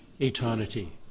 eternity